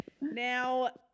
Now